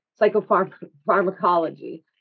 psychopharmacology